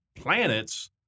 planets